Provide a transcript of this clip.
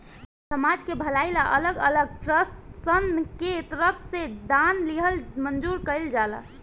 समाज के भलाई ला अलग अलग ट्रस्टसन के तरफ से दान लिहल मंजूर कइल जाला